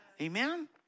Amen